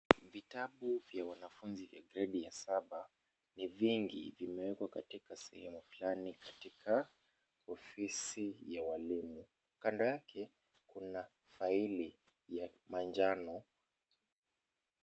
Vitabu vya wanafunzi vya gredi ya saba ni vingi. Vimewekwa katika sehemu fulani katika ofisi ya walimu. Kando yake kuna faili ya manjano.